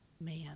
Man